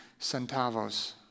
centavos